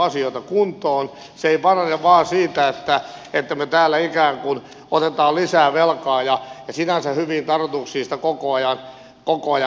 se ei parane vain siitä että me täällä ikään kuin otamme lisää velkaa ja sinänsä hyviin tarkoituksiin sitä koko ajan käytämme